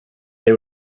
they